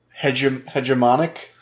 hegemonic